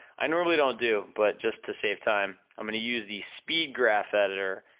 i normally don't do, but just to save time, i'm gonna use the speed graph editor,